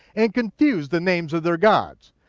and confused the names of their gods.